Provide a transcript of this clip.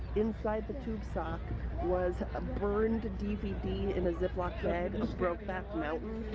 inside the tube sock was a burned dvd in a ziplock bag of brokeback mountain.